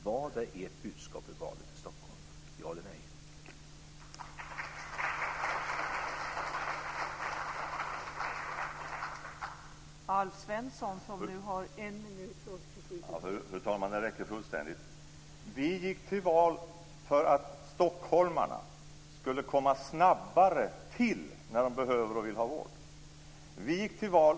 Var det ert budskap i valet i Stockholm, ja eller nej?